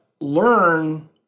learn